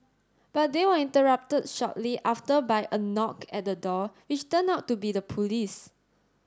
but they were interrupted shortly after by a knock at the door which turned out to be the police